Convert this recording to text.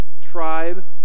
tribe